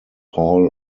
hall